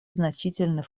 значительный